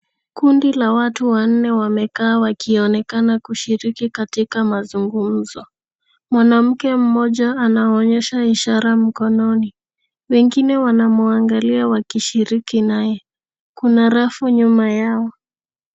Kundi la watu wanne wamekaa wakionekana kushiriki katika mazungumzo. Mwanamke mmoja anaonyesha ishara mkononi wengine wanamwagalia wakishiriki naye. Kuna rafu nyuma yao.